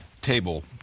table